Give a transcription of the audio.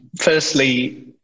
Firstly